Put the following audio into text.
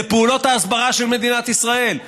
אלה פעולות ההסברה של מדינת ישראל,